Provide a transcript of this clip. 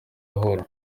ahura